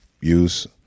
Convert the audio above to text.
use